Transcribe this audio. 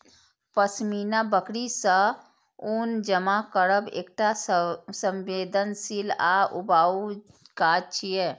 पश्मीना बकरी सं ऊन जमा करब एकटा संवेदनशील आ ऊबाऊ काज छियै